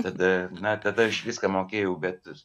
tada na tada aš viską mokėjau bet